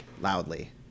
loudly